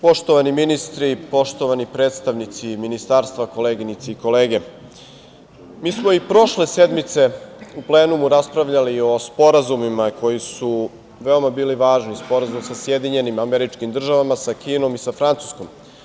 Poštovani ministri, poštovani predstavnici ministarstva, koleginice i kolege, mi smo i prošle sednice u plenumu raspravljali o sporazumima koji su veoma bili važni, sporazum sa SAD, sa Kinom i sa Francuskom.